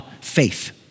faith